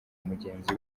mugenzi